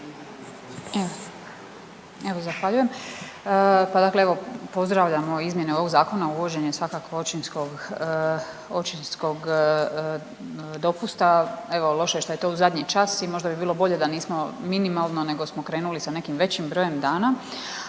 Evo zahvaljujem. Pa dakle evo, pozdravljamo izmjene ovog Zakona, uvođenje svakako očinskog dopusta. Evo, loše je to što je to u zadnji čas i možda bi bilo bolje da nismo minimalno nego smo krenuli sa nekim većim brojem dana,